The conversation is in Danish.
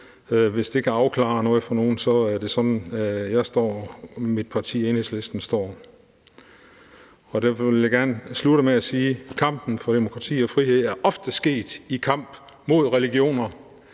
Hvis det kan afklare noget for nogen, er det sådan, jeg og mit parti Enhedslisten står. Derfor vil jeg gerne slutte med at sige, at kampen for demokrati og frihed ofte er sket i kamp mod religioner